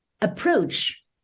approach